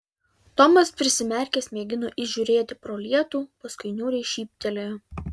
tomas prisimerkęs mėgino įžiūrėti pro lietų paskui niūriai šyptelėjo